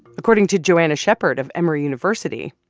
according to joanna shepherd of emory university,